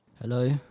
Hello